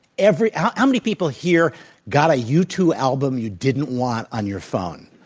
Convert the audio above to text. every how many people here got a u two album you didn't want on your phone?